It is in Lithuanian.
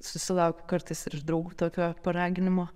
susilaukiu kartais ir iš draugų tokio paraginimo